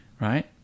Right